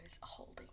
holding